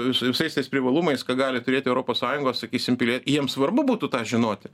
vi visais tais privalumais ką gali turėti europos sąjungos sakysim pilie jiems svarbu būtų tą žinoti